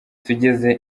tugeze